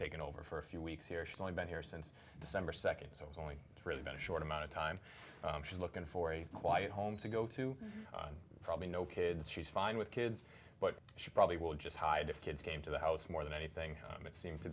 taken over for a few weeks here she's only been here since december second so it's only really been a short amount of time she's looking for a quiet home to go to probably no kids she's fine with kids but she probably will just hide if kids came to the house more than anything it seems to